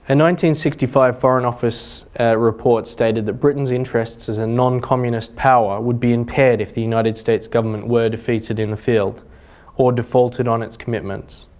and sixty five foreign office report stated that britain's interests as a non-communist power would be impaired if the united state's government were defeated in the field or defaulted on its commitments.